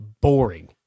boring